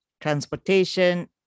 transportation